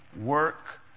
work